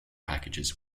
packages